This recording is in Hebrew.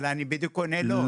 אבל אני בדיוק עונה לו.